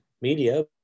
media